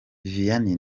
vianney